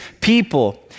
people